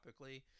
topically